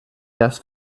das